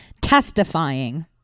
testifying